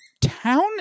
town